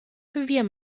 revier